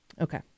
Okay